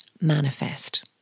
manifest